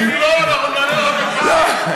אם לא, אנחנו נעלה רק את אוסאמה.